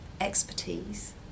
expertise